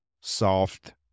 soft